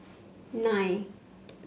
nine